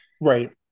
Right